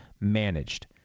managed